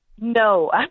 No